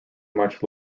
much